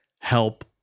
help